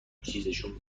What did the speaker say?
چیزشون